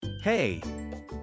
hey